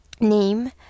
name